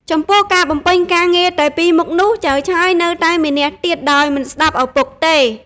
ចំពោះការបំពេញការងារតែពីរមុខនោះ ចៅឆើយ នៅតែមានះទៀតដោយមិនស្តាប់ឪពុកទេ ។